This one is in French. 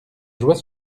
joie